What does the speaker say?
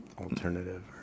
alternative